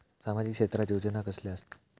सामाजिक क्षेत्रात योजना कसले असतत?